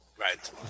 right